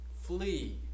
flee